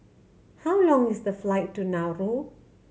how long is the flight to Nauru